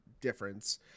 difference